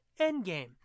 Endgame